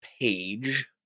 page